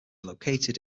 located